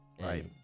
Right